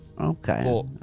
Okay